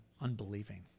unbelieving